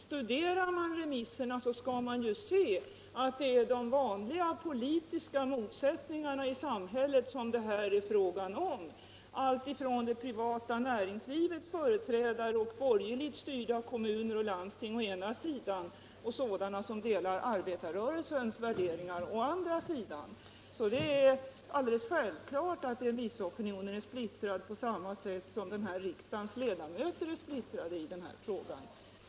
Studerar man remissvaren så finner man att det är fråga om de vanliga politiska motsättningarna i samhället, alltifrån det privata näringslivets företrädare och borgerligt styrda kommuner och landsting å ena sidan och sådana som delar arbetarrörelsens värderingar å andra sidan. Det är alltså självklart att remissopinionen är splittrad på samma sätt som den här kammarens ledamöter är det i denna fråga.